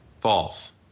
false